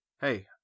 hey